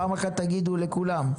פעם אחת תגידו לכולם.